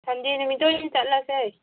ꯁꯟꯗꯦ ꯅꯨꯃꯤꯠꯇ ꯑꯣꯏ ꯆꯠꯂꯁꯦ